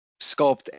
sculpt